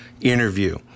interview